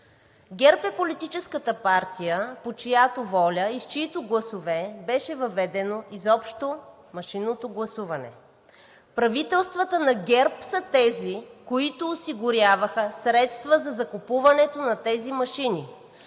ГЕРБ е политическата партия, по чиято воля и с чиито гласове беше въведено изобщо машинното гласуване. Правителствата на ГЕРБ са тези, които осигуряваха средства за закупуването на такива машини.